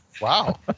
wow